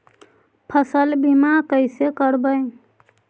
फसल बीमा कैसे करबइ?